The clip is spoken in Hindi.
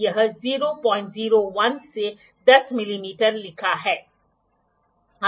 यह संदर्भ किसी अन्य संदर्भ के खिलाफ होना चाहिए जो तब सही है केवल आप एंगलों को मापना शुरू कर सकते हैं